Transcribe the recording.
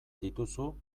dituzu